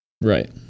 Right